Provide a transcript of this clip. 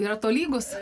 yra tolygus